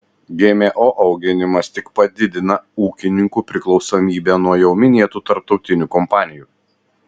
gmo auginimas tik padidina ūkininkų priklausomybę nuo jau minėtų tarptautinių kompanijų